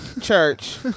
Church